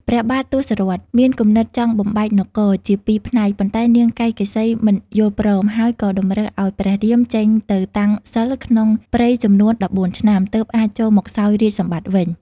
ព្រះបាទទសរថ មានគំនិតចង់បំបែកនគរ ជាពីរផ្នែកប៉ុន្តែនាងកៃកេសី មិនយល់ព្រមហើយក៏តម្រូវឱ្យព្រះរាម ចេញទៅតាំងសិល្ប៍ក្នុងព្រៃចំនួន១៤ឆ្នាំ ទើបអាចចូលមកសោយរាជ្យសម្បត្តិវិញ។